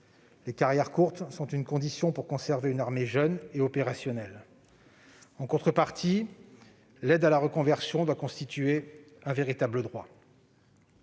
Les carrières courtes sont une condition pour conserver une armée jeune et opérationnelle. En contrepartie, l'aide à la reconversion doit constituer un véritable droit.